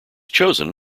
chosen